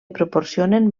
proporcionen